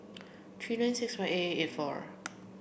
three nine six one eight eight eight four